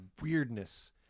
weirdness